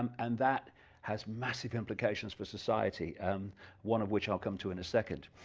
um and that has massive implications for society and one of which i'll come to in a second,